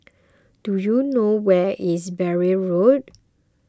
do you know where is Bury Road